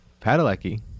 Padalecki